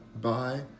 bye